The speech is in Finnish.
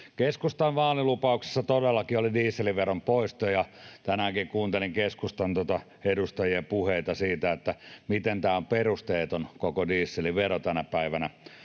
Keskustan vaalilupauksessa todellakin oli dieselveron poisto, ja tänäänkin kuuntelin keskustan edustajien puheita siitä, miten tämä koko dieselvero on perusteeton tänä päivänä.